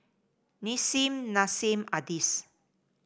Nissim Nassim Adis